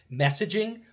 messaging